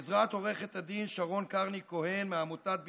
בעזרת עו"ד שרון קרני-כהן מעמותת במקום.